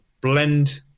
blend